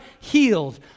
healed